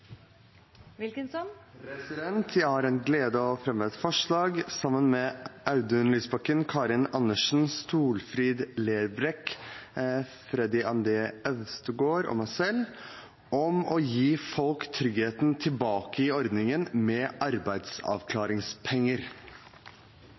Jeg har gleden av å fremme et forslag på vegne av Audun Lysbakken, Karin Andersen, Solfrid Lerbrekk, Freddy André Øvstegård og meg selv om å gi folk tryggheten tilbake i ordningen med